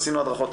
עשינו הדרכות.